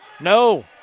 No